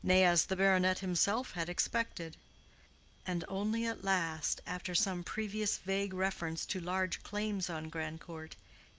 nay, as the baronet himself had expected and only at last, after some previous vague reference to large claims on grandcourt,